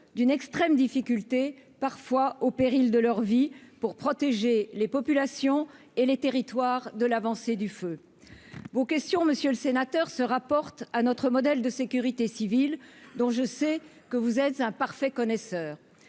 d'une extrême difficulté, parfois au péril de leur vie, pour protéger les populations et les territoires de l'avancée du feu. Monsieur le sénateur, vos questions se rapportent à notre modèle de sécurité civile, dont vous êtes, je le sais, un parfait connaisseur.